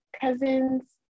cousin's